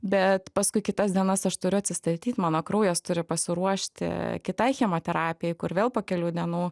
bet paskui kitas dienas aš turiu atsistatyt mano kraujas turi pasiruošti kitai chemoterapijai kur vėl po kelių dienų